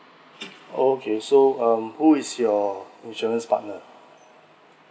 okay so um who is your insurance partner